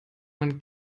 man